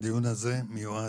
הדיון הזה מיועד